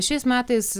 šiais metais